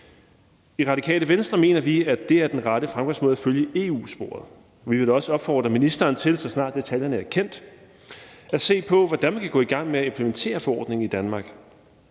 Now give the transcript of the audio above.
I Radikale Venstre mener vi, at den rette fremgangsmåde er at følge EU-sporet. Vi vil også opfordre ministeren til, så snart detaljerne er kendt, at se på, hvordan vi kan gå i gang med at implementere forordningen i Danmark.